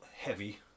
heavy